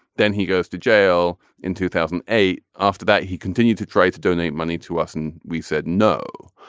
then he goes to jail in two thousand and eight. after that he continued to try to donate money to us and we said no.